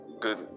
good